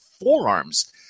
forearms